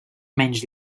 menys